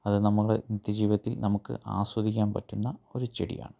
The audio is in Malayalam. അത് നമ്മുടെ നിത്യ ജീവിതത്തിൽ നമുക്ക് ആസ്വദിക്കാൻ പറ്റുന്ന ഒരു ചെടിയാണ്